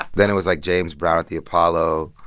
then it was, like, james brown at the apollo.